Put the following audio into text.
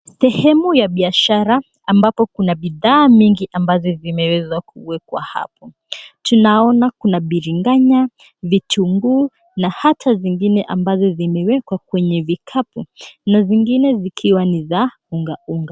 Sehemu ya biashara ambapo kuna bidhaa mingi ambazo zimewezwa kuwekwa hapo. Tunaona kuna biringanya, vitunguu na hata zingine ambazo zimewekwa kwenye vikapu na zingine zikiwa ni za unga unga.